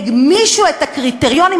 הגמישו את הקריטריונים,